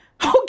Okay